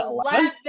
Eleven